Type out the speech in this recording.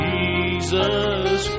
Jesus